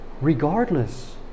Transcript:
regardless